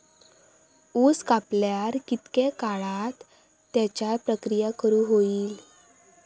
ऊस कापल्यार कितके काळात त्याच्यार प्रक्रिया करू होई?